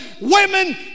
women